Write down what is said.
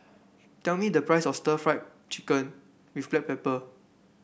tell me the price of Stir Fried Chicken with Black Pepper